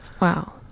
Wow